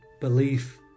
belief